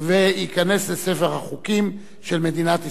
וייכנס לספר החוקים של מדינת ישראל.